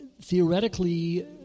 theoretically